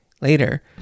later